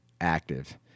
active